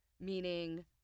meaning